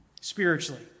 spiritually